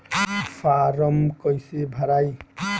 Form कईसे भराई?